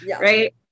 right